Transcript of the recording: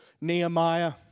Nehemiah